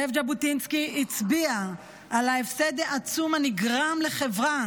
זאב ז'בוטינסקי הצביע על ההפסד עצום הנגרם לחברה